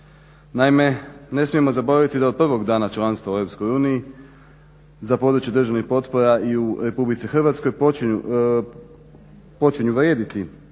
Naime, ne smijemo zaboraviti da od prvog dana članstva u EU za područje državnih potpora i u RH počinju vrijediti